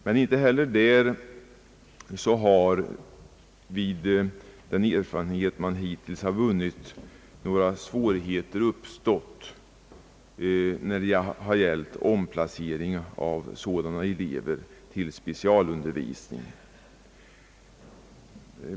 Men inte heller där har enligt den erfarenhet man hittills har vunnit några svårigheter uppstått när det gäller omplacering av sådana elever till specialundervisning.